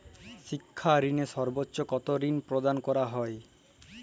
শিক্ষা ঋণে সর্বোচ্চ কতো ঋণ প্রদান করা হয়?